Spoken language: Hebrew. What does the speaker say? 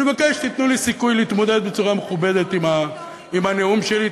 אני מבקש שתיתנו לי סיכוי להתמודד בצורה מכובדת עם הנאום שלי.